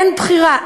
אין בחירה.